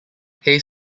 hayes